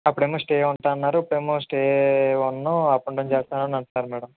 అప్పుడేమో స్టే ఉంటాను అన్నారు ఇప్పుడేమో స్టే ఉండను అప్ అండ్ డౌన్ చేస్తాను అంటున్నారు మేడం